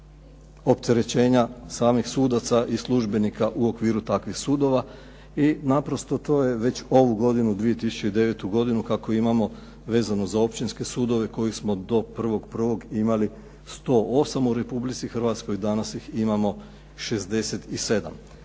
opterećenja samih sudaca i službenika u okviru takvih sudova i naprosto to je već ovu godinu, 2009. godinu, kako imamo vezano za općinske sudove koje smo do 1.1. imali 108 u Republici Hrvatskoj, danas ih imamo 67.